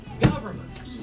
government